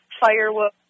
firewood